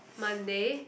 Monday